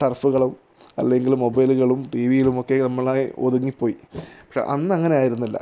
ടര്ഫുകളും അല്ലെങ്കിൽ മൊബൈലുകളും ടിവിയിലുമൊക്കെ നമ്മള് ഒതുങ്ങിപ്പോയി പക്ഷെ അന്ന് അങ്ങനെയായിരുന്നില്ല